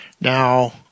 Now